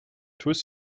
twist